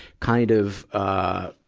kind of, ah,